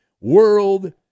World